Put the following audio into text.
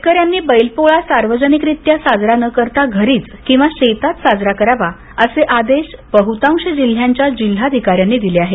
शेतकऱ्यांनी बैल पोळा सार्वजनिकरित्या साजरा न करता घरीच किंवा शेतात साजरा करावा असे बहुतांश जिल्ह्यांच्या जिल्हाधिकार्यांतनी दिले आहेत